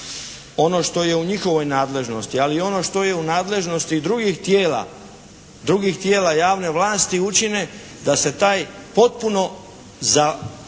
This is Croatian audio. ono što je u njihovoj nadležnosti, ali i ono što je u nadležnosti i drugih tijela javne vlasti učine da se taj potpun za